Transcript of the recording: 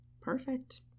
Perfect